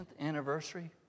anniversary